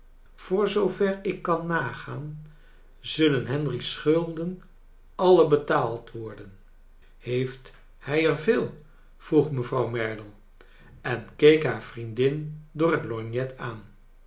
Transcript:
voor zoover ik kan nagaan zullen henry's schulden alle betaald worden heeft hij er veel vroeg mevrouw merdle en keek haar vriendin door het lorgnet aan